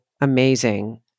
amazing